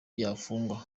yafungwa